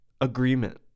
agreement